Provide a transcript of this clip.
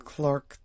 Clark